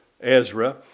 Ezra